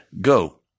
go